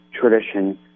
tradition